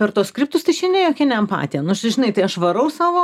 per tuos skriptus tai čia ne jokia ne empatija žinai tai aš varau savo